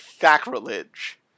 sacrilege